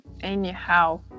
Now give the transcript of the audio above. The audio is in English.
anyhow